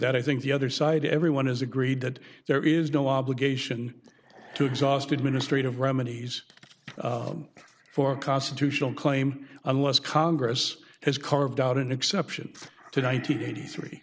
that i think the other side everyone has agreed that there is no obligation to exhaust administrative remedies for constitutional claim unless congress has carved out an exception to nine hundred and eighty three